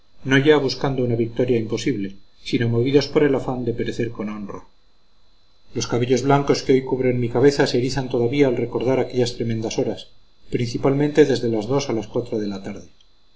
no ya buscando una victoria imposible sino movidos por el afán de perecer con honra los cabellos blancos que hoy cubren mi cabeza se erizan todavía al recordar aquellas tremendas horas principalmente desde las dos a las cuatro de la tarde